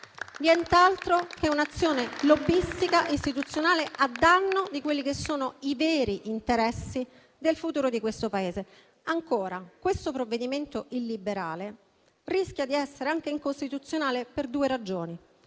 Nient'altro che un'azione lobbistica istituzionale a danno di quelli che sono i veri interessi del futuro di questo Paese. Ancora, questo provvedimento illiberale rischia di essere anche incostituzionale per due ragioni: